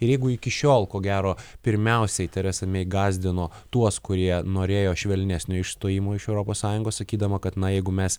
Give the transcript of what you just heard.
ir jeigu iki šiol ko gero pirmiausia teresa mei gąsdino tuos kurie norėjo švelnesnio išstojimo iš europos sąjungos sakydama kad na jeigu mes